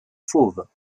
fauves